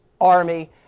army